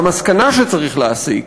והמסקנה שצריך להסיק